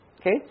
Okay